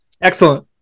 Excellent